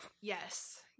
yes